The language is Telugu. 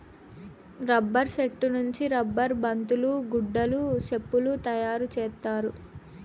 రబ్బర్ సెట్టు నుంచి రబ్బర్ బంతులు గుడ్డలు సెప్పులు తయారు చేత్తారు